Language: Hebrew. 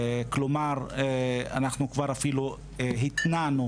כלומר, אנחנו כבר התנענו